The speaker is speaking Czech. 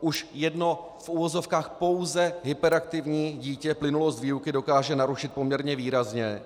Už jedno v uvozovkách pouze hyperaktivní dítě plynulost výuky dokáže narušit poměrně výrazně,